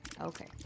Okay